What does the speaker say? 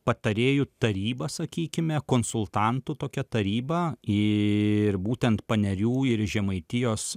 patarėjų taryba sakykime konsultantų tokia taryba ir būtent panerių ir žemaitijos